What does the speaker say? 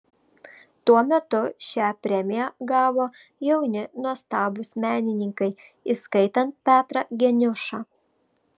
tuo metu šią premiją gavo jauni nuostabūs menininkai įskaitant petrą geniušą